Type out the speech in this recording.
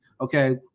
Okay